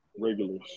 regulars